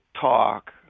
talk